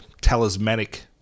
talismanic